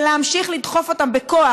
ולהמשיך לדחוף אותם בכוח,